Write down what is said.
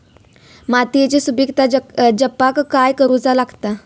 मातीयेची सुपीकता जपाक काय करूचा लागता?